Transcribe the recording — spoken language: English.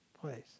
place